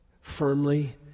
firmly